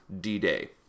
D-Day